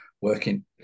working